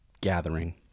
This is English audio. gathering